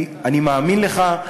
אני מאמין לך,